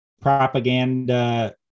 propaganda